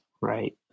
right